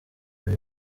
ibi